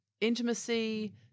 intimacy